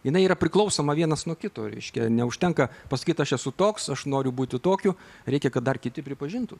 jinai yra priklausoma vienas nuo kito reiškia neužtenka pasakyt aš esu toks aš noriu būti tokiu reikia kad dar kiti pripažintų